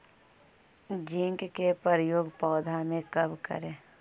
Zinc के प्रयोग पौधा मे कब करे?